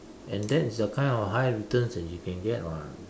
and that's the kind of high return that you can get [what]